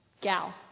Gal